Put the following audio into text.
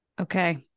Okay